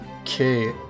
Okay